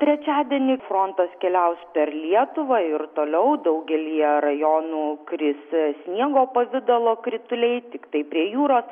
trečiadienį frontas keliaus per lietuvą ir toliau daugelyje rajonų kris sniego pavidalo krituliai tiktai prie jūros